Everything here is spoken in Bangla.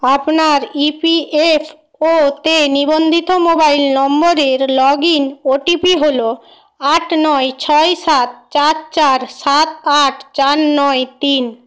আপনার ই পি এফ ও তে নিবন্ধিত মোবাইল নম্বরের log in O T P হলো আট নয় ছয় সাত চার চার সাত আট চার নয় তিন